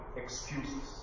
excuses